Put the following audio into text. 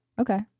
Okay